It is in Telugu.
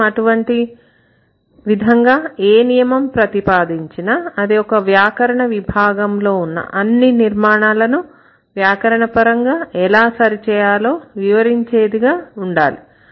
మనం అటువంటి విధంగా ఏ నియమం ప్రతిపాదించినా అది ఒక వ్యాకరణ విభాగంలో ఉన్న అన్ని నిర్మాణాలను వ్యాకరణపరంగా ఎలా సరి చేయాలో వివరించేదిగా ఉండాలి